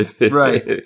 Right